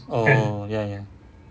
oh ya ya